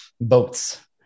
Boats